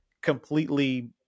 completely